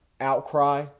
outcry